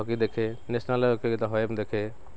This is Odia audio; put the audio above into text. ହକି ଦେଖେ ନ୍ୟାସନାଲ୍ ମୁଁ ଦେଖେ